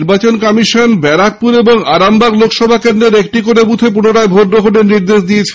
নির্বাচন কমিশন ব্যারাকপুর ও আরামবাগ লোকসভা কেন্দ্রের একটি করে বুখে পুনরায় ভোট গ্রহণের নির্দেশ দিয়েছে